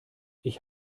ich